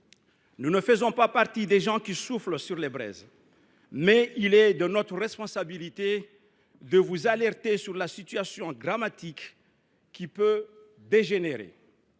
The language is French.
Nous ne faisons pas partie des gens qui soufflent sur les braises, mais il est de notre responsabilité de vous alerter sur une situation dramatique qui peut dégénérer.